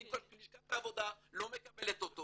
לשכת העבודה לא מקבלת אותו